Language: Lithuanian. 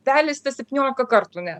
perleista septyniolika kartų net